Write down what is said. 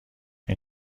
اون